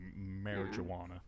marijuana